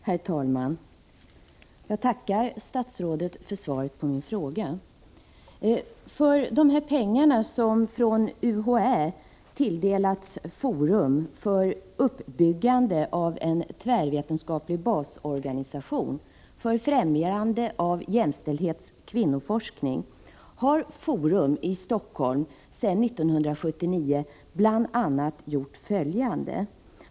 Herr talman! Jag tackar statsrådet för svaret på min fråga. De här pengarna — som av UHÄ tilldelats Forum, för uppbyggande av en tvärvetenskaplig basorganisation för främjande av jämställdhetsoch kvinnoforskning — har Forum i Stockholm sedan 1979 använt på bl.a. följande sätt.